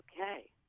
Okay